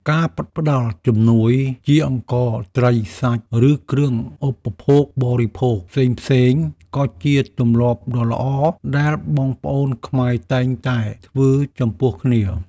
ការផ្តល់ជំនួយជាអង្ករ ត្រី សាច់ ឬគ្រឿងឧបភោគបរិភោគផ្សេងៗ ក៏ជាទម្លាប់ដ៏ល្អដែលបងប្អូនខ្មែរតែងតែធ្វើចំពោះគ្នា។